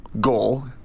goal